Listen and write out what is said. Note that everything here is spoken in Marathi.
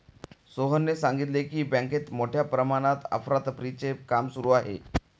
सोहनने सांगितले की, बँकेत मोठ्या प्रमाणात अफरातफरीचे काम सुरू आहे